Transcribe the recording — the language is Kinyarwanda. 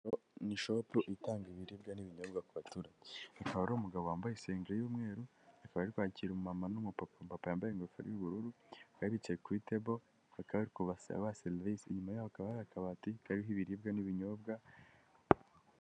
Ni ishopu itanga ibiribwa n'ibinyobwa ku baturage, hakaba hari umugabo wambaye isengeri y'umweru, akaba ari kwakira umumama n'umupapa, umupapa yambaye ingofero yu'ubururu bakaba bicaye kuri tebo bakaba bari kubaha serivisi, inyuma yabo hakaba hari akabati kariho ibiribwa n'ibinyobwa.